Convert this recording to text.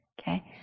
okay